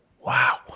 wow